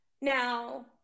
Now